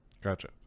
Gotcha